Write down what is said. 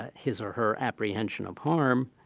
ah his or her apprehension of harm,